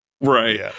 Right